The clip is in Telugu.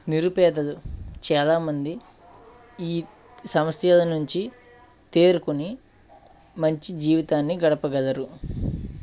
నిరుపేదలు చాలామంది ఈ సమస్యల నుంచి తేరుకొని మంచి జీవితాన్ని గడపగలరు